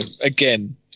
Again